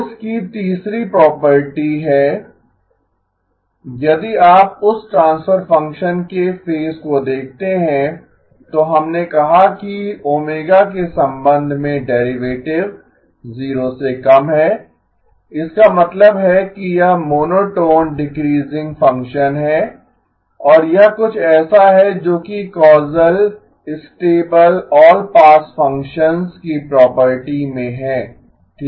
course की तीसरी property H e jω है यदि आप उस ट्रांसफर फंक्शन के फेज को देखते हैं तो हमने कहा कि ω के संबंध में डेरीवेटिव 0 से कम है इसका मतलब है कि यह मोनोटोन डीक्रीसिंग फंक्शन है और यह कुछ ऐसा है जो कि causal stable all pass functions की प्रॉपर्टी में है ठीक है